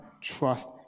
trust